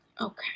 Okay